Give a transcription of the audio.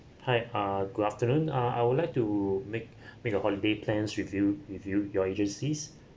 hi ah good afternoon ah I would like to make make a holiday plans with you with you your agency